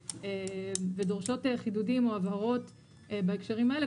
ודורשות חידודים או הבהרות בהקשרים האלה,